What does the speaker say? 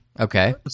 Okay